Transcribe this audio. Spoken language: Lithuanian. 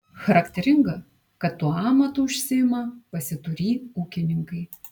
charakteringa kad tuo amatu užsiima pasiturį ūkininkai